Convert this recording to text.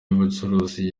y’ubucuruzi